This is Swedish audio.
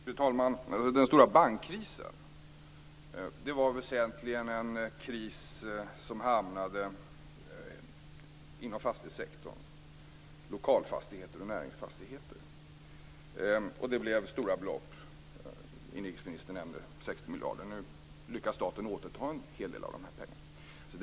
Fru talman! Den stora bankkrisen var väsentligen en kris som hamnade inom fastighetssektorn - lokalfastigheter och näringsfastigheter. Det blev stora belopp. Inrikesministern nämner 60 miljarder. Nu har staten lyckats återta en hel del av de här pengarna.